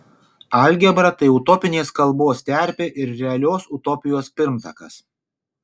algebra tai utopinės kalbos terpė ir realios utopijos pirmtakas